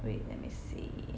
wait let me see